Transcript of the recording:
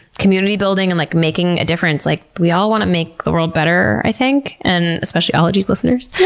community building, and like making a difference, like we all want to make the world better, i think. and especially ologies listeners,